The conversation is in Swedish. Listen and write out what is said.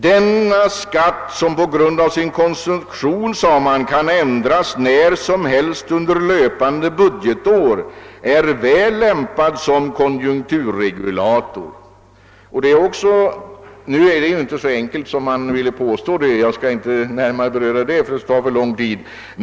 Denna skatt som på grund av sin konstruktion kan ändras när som helst under löpande budgetår är väl lämpad som konjunkturregulator, sade man. Nu är ju det inte så enkelt som det sagts men jag skall inte närmare beröra den saken eftersom det skulle ta för lång tid.